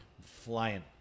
Flying